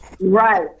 Right